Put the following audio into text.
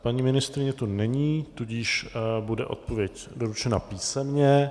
Paní ministryně tu není, tudíž bude odpověď doručena písemně.